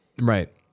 right